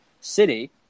city